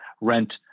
rent